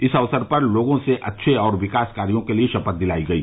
इस अवसर पर लोगों से अच्छे और विकास कार्यो के लिये शपथ दिलाई गई